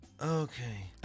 Okay